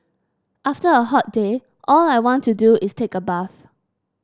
after a hot day all I want to do is take a bath